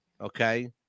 Okay